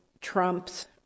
Trump's